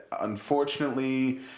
unfortunately